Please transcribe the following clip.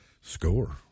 score